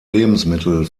lebensmittel